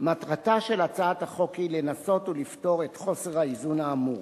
מטרתה של הצעת החוק היא לנסות ולפתור את חוסר האיזון האמור.